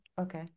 Okay